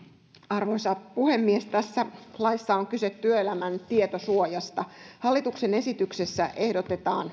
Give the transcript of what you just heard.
arvoisa puhemies tässä laissa on kyse työelämän tietosuojasta hallituksen esityksessä ehdotetaan